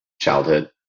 childhood